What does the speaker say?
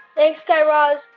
thanks, guy raz.